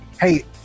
Hey